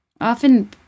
often